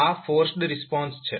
આ forced response છે